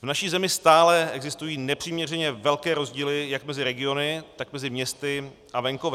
V naší zemi stále existují nepřiměřeně velké rozdíly jak mezi regiony, tak mezi městy a venkovem.